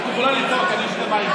אין להם אחיזה בתקציב.